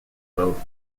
votes